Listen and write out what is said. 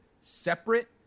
separate